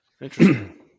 Interesting